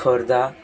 Khordha